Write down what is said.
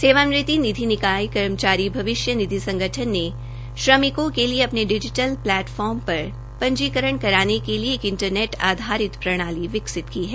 सेवानिवृति निधि निकाय कर्मचारी भविष्य निधि संगठन ने श्रमिकों के लिए अपने डिजीटल प्लेटफार्म पर पंजीकरण कराने के लिए एक इंटरनेट आधारित प्रणाली विकसित की है